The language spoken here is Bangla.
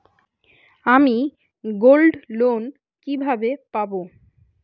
আমি গোল্ডলোন কিভাবে পাব?